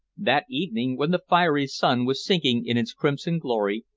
that evening when the fiery sun was sinking in its crimson glory,